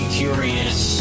curious